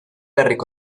herriko